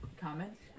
comments